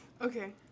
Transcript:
Okay